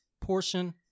portion